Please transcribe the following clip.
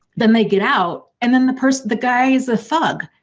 then they get out and then the person. the guy is a thug.